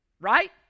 Right